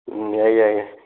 ꯎꯝ ꯌꯥꯏ ꯌꯥꯏ ꯌꯥꯏ